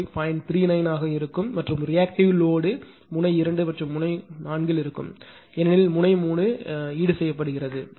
39 ஆக இருக்கும் மற்றும் ரியாக்டிவ் லோடு முனை 2 மற்றும் முனை 4 ல் இருக்கும் ஏனெனில் முனை 3 ஈடுசெய்யப்படுகிறது